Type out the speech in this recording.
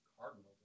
Cardinals